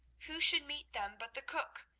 who should meet them but the cook,